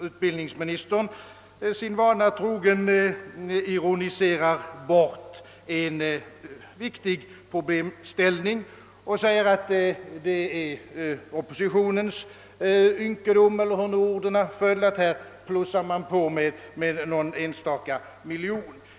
Utbildningsministern ironiserade, sin vana trogen, bort denna viktiga problemställning och sade, att det är ett typiskt utslag av oppositionens ynkedom — eller hur orden föll — att den här »plussar» på med någon enstaka miljon.